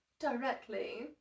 directly